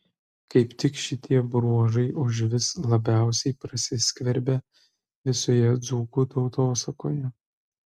kaip tik šitie bruožai užvis labiausiai prasiskverbia visoje dzūkų tautosakoje